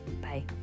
Bye